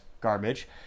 garbage